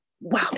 wow